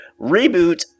Reboot